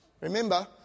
Remember